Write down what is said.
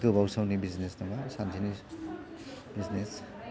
गोबाव समनि बिजनेस नंङा सानसेनि बिजनेस